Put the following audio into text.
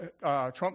Trump